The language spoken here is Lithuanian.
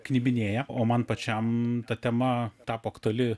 knibinėja o man pačiam ta tema tapo aktuali